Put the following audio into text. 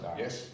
yes